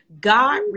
God